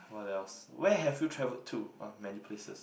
what else where have you travel to on many places